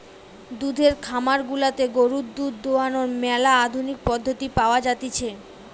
দুধের খামার গুলাতে গরুর দুধ দোহানোর ম্যালা আধুনিক পদ্ধতি পাওয়া জাতিছে